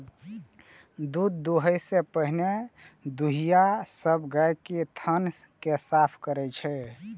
दूध दुहै सं पहिने दुधिया सब गाय के थन कें साफ करै छै